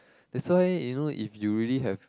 that's why you know if you really have